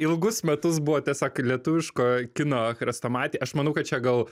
ilgus metus buvo tiesiog lietuviško kino chrestomati aš manau kad čia gal